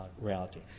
reality